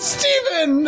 Stephen